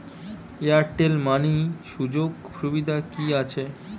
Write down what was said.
Airtel money সুযোগ সুবিধা কি আছে?